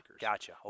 gotcha